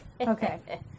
Okay